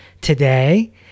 Today